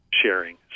sharing